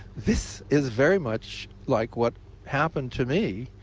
this is very much like what happened to me,